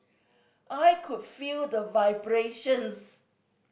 I could feel the vibrations